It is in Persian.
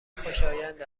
خوشایند